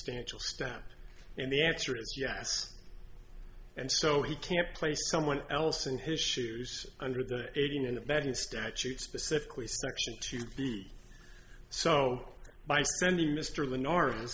state will step in the answer is yes and so he can't place someone else in his shoes under the aiding and abetting statute specifically start to be so by spending mr